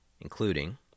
including